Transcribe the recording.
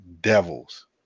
devils